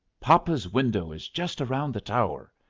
papa's window is just round the tower.